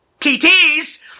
TTs